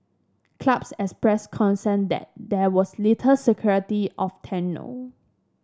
clubs expressed concern that there was little security of tenure